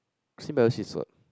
symbiosis is what